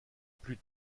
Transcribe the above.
plus